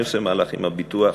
אני עושה מהלך עם הביטוח